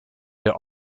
der